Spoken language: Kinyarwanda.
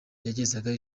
yagezaga